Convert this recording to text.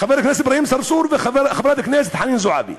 חבר הכנסת אברהים צרצור וחברת הכנסת חנין זועבי